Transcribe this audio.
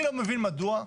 אני לא מבין מדוע,